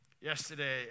Yesterday